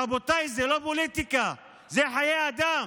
רבותיי, זאת לא פוליטיקה, אלה חיי אדם.